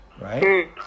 right